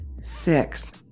Six